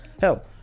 Hell